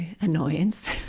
annoyance